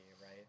right